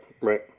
right